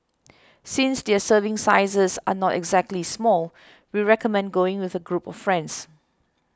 since their serving sizes are not exactly small we recommend going with a group of friends